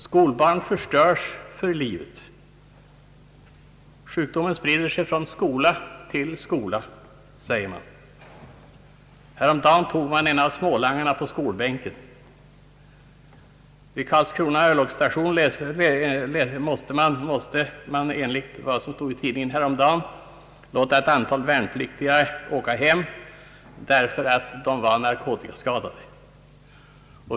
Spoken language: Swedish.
Skolbarn förstörs för livet — sjukdomen sprider sig från skola till skola, säger man. Häromdagen tog man en av smålangarna på skolbänken. Vid Karlskrona örlogsstation måste man, enligt tidningarna, häromdagen skicka hem ett antal värnpliktiga, därför att de var narkotikaskadade.